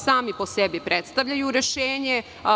Sami po sebi predstavljaju rešenje.